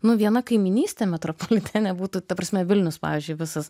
nu viena kaimynystė metropolitene būtų ta prasme vilnius pavyzdžiui visas